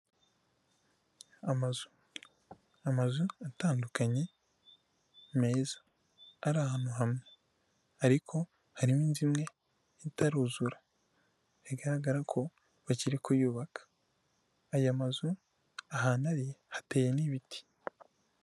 Amazu, amazu atandukanye meza ari ahantu hamwe, ariko harimo inzu imwe itaruzura bigaragara ko bakiri kuyubaka aya mazu ahantu ari hateye n'ibiti.